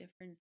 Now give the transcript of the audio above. different